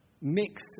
mix